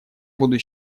буду